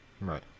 Right